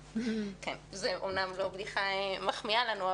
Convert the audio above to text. זו אומנם לא בדיחה שמחמיאה לנו,